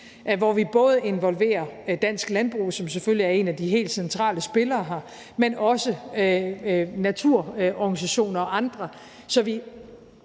hvor vi både involverer Dansk Landbrug, som selvfølgelig er en af de helt centrale spillere her, men også naturorganisationer og andre. Det